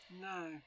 No